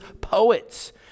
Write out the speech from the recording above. poets